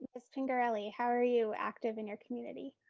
miss pingerelli, how are you active in your community?